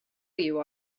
you